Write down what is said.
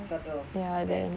subtle there